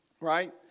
Right